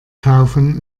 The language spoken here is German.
kaufen